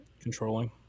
controlling